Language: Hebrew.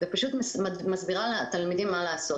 ומסבירה לתלמידים מה לעשות.